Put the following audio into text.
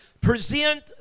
present